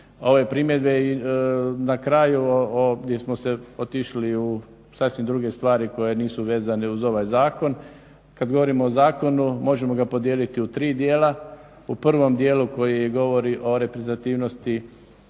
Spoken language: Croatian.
ove primjedbe i na kraju gdje smo otišli u sasvim druge stvari koje nisu vezane uz ovaj zakon. Kad govorimo o zakonu možemo ga podijeliti u tri dijela. U prvom dijelu koji govori o reprezentativnosti